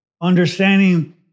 understanding